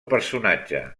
personatge